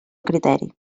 criteri